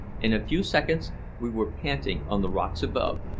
in a few seconds we were panting on the rocks above,